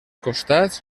costats